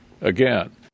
again